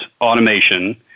automation